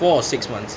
four or six months